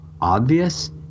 obvious